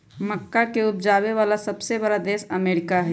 मक्का के उपजावे वाला सबसे बड़ा देश अमेरिका हई